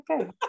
okay